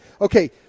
Okay